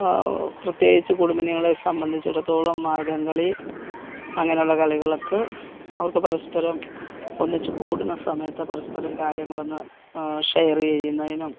പ്രത്യേകിച്ച് കുടുംബിനികളെ സംബന്ധിച്ചെടുത്തോളം മാർഗ്ഗം കളി അങ്ങനുള്ള കളികളൊക്കെ അവർക്ക് പരസ്പരം ഒന്നിച്ച് കൂടുന്ന സമയത്ത് പരസ്പരം കാര്യങ്ങളൊന്ന് ഷെയർ ചെയ്യുന്നതിനും